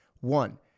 One